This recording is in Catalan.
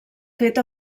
fet